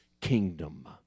kingdom